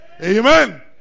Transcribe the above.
Amen